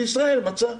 וישראל מצא.